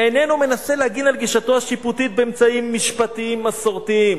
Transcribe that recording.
איננו מנסה להגן על גישתו השיפוטית באמצעים משפטיים מסורתיים.